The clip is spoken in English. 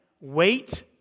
wait